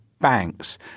Banks